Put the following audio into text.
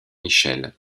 michel